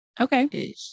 okay